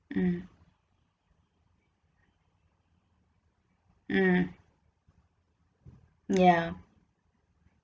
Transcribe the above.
mm mm ya